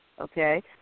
okay